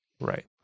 Right